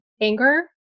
anger